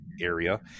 area